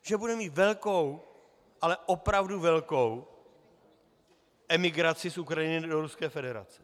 Že budeme mít velkou, ale opravdu velkou emigraci z Ukrajiny do Ruské federace.